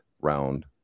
round